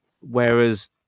whereas